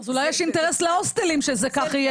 אז אולי יש אינטרס להוסטלים שזה יהיה כך,